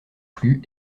plus